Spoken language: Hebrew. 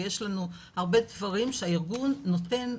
ויש לנו הרבה דברים שהארגון נותן,